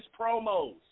promos